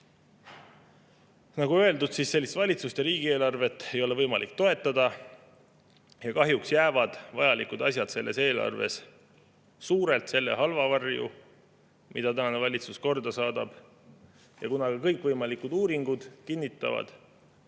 öeldud, sellist valitsust ja riigieelarvet ei ole võimalik toetada. Kahjuks jäävad vajalikud asjad selles eelarves suurelt selle halva varju, mida tänane valitsus korda saadab. Kõikvõimalikud uuringud kinnitavad,